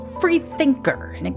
free-thinker